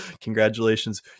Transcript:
congratulations